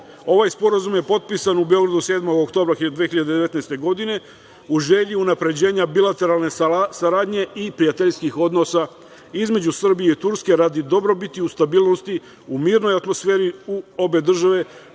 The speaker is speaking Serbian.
Ovaj sporazum je potpisan u Beogradu 7. oktobra 2019. godine u želji unapređenja bilateralne saradnje i prijateljskih odnosa između Srbije i Turske radi dobrobiti u stabilnosti u mirnoj atmosferi u obe države,